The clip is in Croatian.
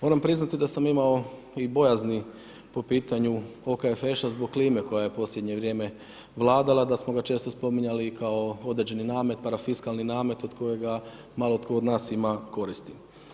Moram priznati da sam imao i bojazni po pitanju OKFŠ zbog klime koja je u posljednje vrijeme vladala, da smo ga često spominjali kao određeni namet, parafiskalni namet od kojega malo tko od nas ima koristi.